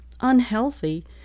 unhealthy